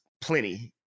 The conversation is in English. plenty